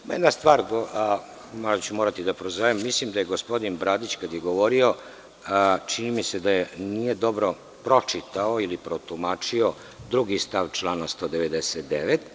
Ima jedna stvar, moraću da prozovem, mislim da je gospodin Bradić kada je govorio čini mi se da nije dobro pročitao ili protumačio stav 2. člana 199.